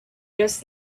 just